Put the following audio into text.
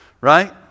right